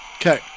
Okay